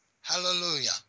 Hallelujah